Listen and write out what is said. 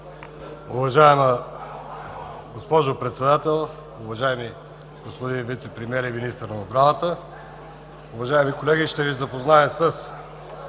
Уважаема госпожо Председател, уважаеми господин Вицепремиер и министър на отбраната! Уважаеми колеги, ще Ви запозная с: